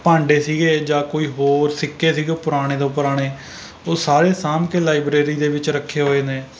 ਭਾਂਡੇ ਸੀਗੇ ਜਾਂ ਕੋਈ ਹੋਰ ਸਿੱਕੇ ਸੀਗੇ ਪੁਰਾਣੇ ਤੋਂ ਪੁਰਾਣੇ ਉਹ ਸਾਰੇ ਸਾਂਭ ਕੇ ਲਾਇਬ੍ਰੇਰੀ ਦੇ ਵਿੱਚ ਰੱਖੇ ਹੋਏ ਨੇ